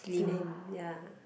slim ya